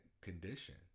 condition